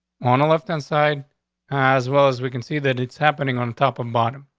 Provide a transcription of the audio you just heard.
want a lift inside as well as we can see that it's happening on top of bottom.